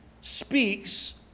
speaks